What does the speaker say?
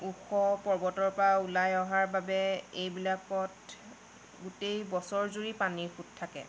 ওখ পৰ্বতৰ পৰা ওলাই অহাৰ বাবে এইবিলাকত গোটেই বছৰজুৰি পানীৰ সোঁত থাকে